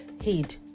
heed